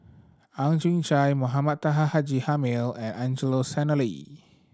Ang Chwee Chai Mohamed Taha Haji Jamil and Angelo Sanelli